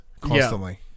constantly